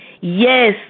Yes